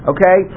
Okay